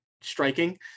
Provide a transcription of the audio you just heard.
striking